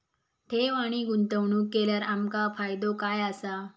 ठेव आणि गुंतवणूक केल्यार आमका फायदो काय आसा?